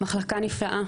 מחלקה נפלאה,